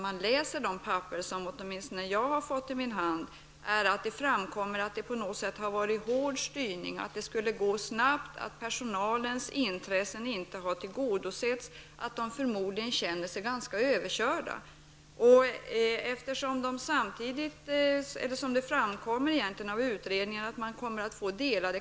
Av de handlingar som jag har fått i min hand framgår emellertid att det har varit en hård styrning, att förslaget skulle genomföras snabbt, att personalens intressen inte har tillgodosetts och att de anställda därför känner sig ganska överkörda.